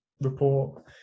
report